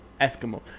Eskimo